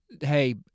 hey